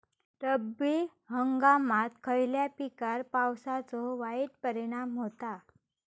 रब्बी हंगामात खयल्या पिकार पावसाचो वाईट परिणाम होता?